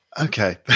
Okay